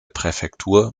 präfektur